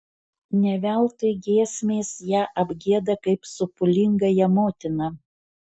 ne veltui giesmės ją apgieda kaip sopulingąją motiną